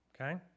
okay